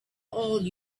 all